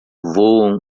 voam